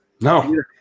No